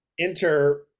Enter